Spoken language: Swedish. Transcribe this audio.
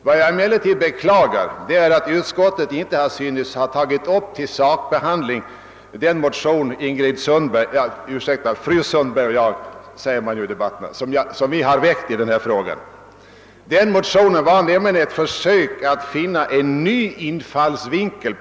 Vad jag emellertid beklagar är att utskottet inte synes ha tagit upp till sakbehandling den motion som fru Sundberg och jag har väckt i denna fråga. Motionen var nämligen ett försök att åstadkomma en ny infallsvinkel.